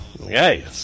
okay